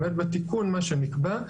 באמת בתיקון מה שנקבע,